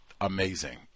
amazing